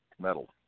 metal